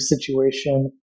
situation